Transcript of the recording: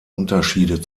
unterschiede